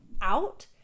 out